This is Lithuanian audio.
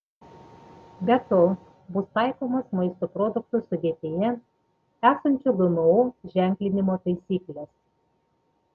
be to bus taikomos maisto produktų sudėtyje esančių gmo ženklinimo taisyklės